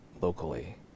locally